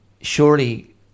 surely